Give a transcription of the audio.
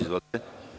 Izvolite.